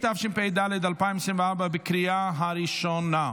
התשפ"ד 2024, בקריאה הראשונה.